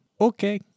Okay